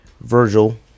Virgil